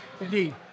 indeed